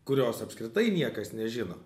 kurios apskritai niekas nežino